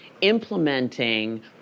implementing